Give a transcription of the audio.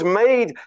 made